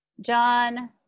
John